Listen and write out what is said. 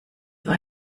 war